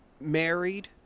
married